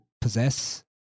possess